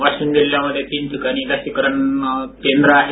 वाशिम जिल्ह्यामध्ये तीन लसीकरण केंद्र आहेत